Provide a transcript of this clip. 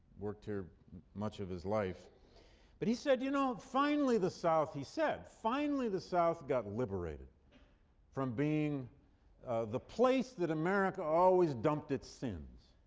worked here much of his life but he said, you know, finally the south he said, finally the south got liberated from being the place that america always dumped its sins.